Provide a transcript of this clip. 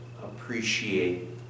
appreciate